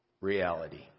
reality